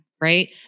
right